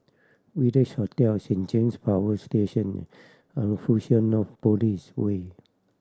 Village Hotel Saint James Power Station Fusionopolis Way